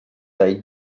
dai